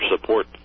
support